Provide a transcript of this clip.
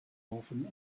often